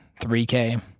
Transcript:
3K